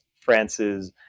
Frances